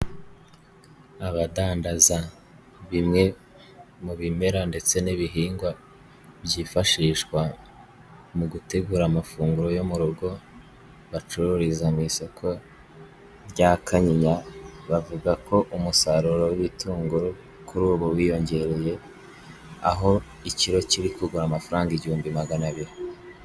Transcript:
Abadandaza bimwe mu bimera ndetse n'ibihingwa byifashishwa mu gutegura amafunguro yo mu rugo, bacururiza mu isoko rya Kanyinya bavuga ko umusaruro w'ibitunguru kuri ubu wiyongereye, aho ikiro kiri kugura amafaranga igihumbi magana abiri.